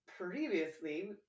previously